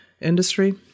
industry